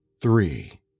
three